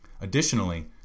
Additionally